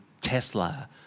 Tesla